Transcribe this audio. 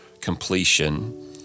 completion